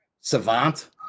savant